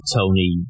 Tony